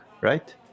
right